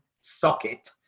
socket